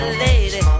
lady